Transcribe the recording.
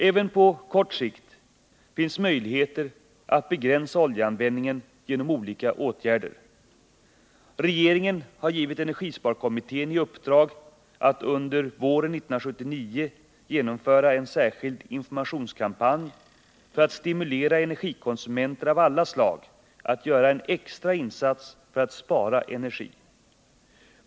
Även på kort sikt finns möjligheter att begränsa oljeanvändningen genom olika åtgärder. Regeringen har givit energisparkommittén i uppdrag att under våren 1979 genomföra en särskild informationskampanj för att stimulera energikonsumenter av alla slag att göra en extra insats för att spara energi.